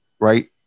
right